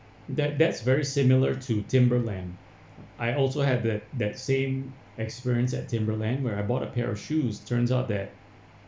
that that's very similar to Timberland I also have that that same experience at Timberland where I bought a pair of shoes turns out that